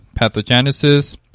pathogenesis